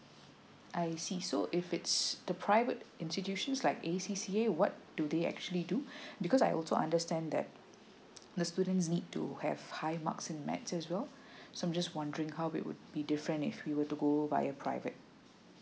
I see so if it's the private institutions like A_C_C_A what do they actually do because I also understand that the students need to have high marks in math as well so I'm just wondering how we would be different if we were to go by a private